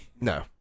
No